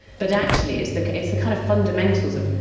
but actually it's the it's the kind of fundamentals of,